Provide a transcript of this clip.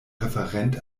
referent